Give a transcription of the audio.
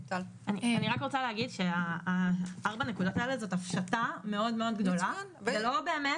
אני רוצה לומר שזאת הפשטה מאוד גדולה וזה לא באמת